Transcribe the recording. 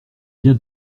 bien